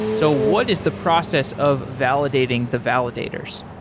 so what is the process of validating the validators?